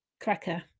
cracker